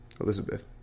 Elizabeth